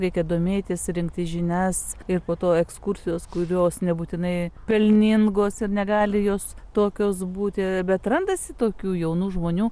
reikia domėtis rinkti žinias ir po to ekskursijos kurios nebūtinai pelningos ir negali jos tokios būti bet randasi tokių jaunų žmonių